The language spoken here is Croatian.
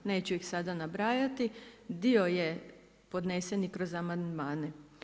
Neću ih sada nabrajati, dio je podnesen i kroz amandmane.